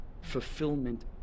fulfillment